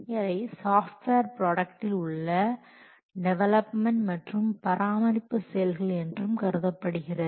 அதை சாஃப்ட்வேர் ப்ராடக்டில் உள்ள டெவலப்மென்ட் மற்றும் பராமரிப்பு செயல்கள் என்றும் கருதப்படுகிறது